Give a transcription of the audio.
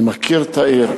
אני מכיר את העיר,